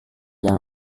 yang